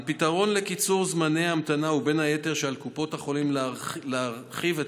הפתרון לקיצור זמני ההמתנה הוא בין היתר שעל קופות החולים להרחיב את